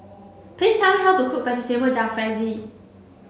please tell me how to cook Vegetable Jalfrezi